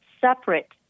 separate